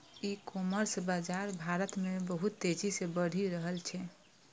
ई commerce बाजार भारत मे बहुत तेजी से बढ़ि रहल छै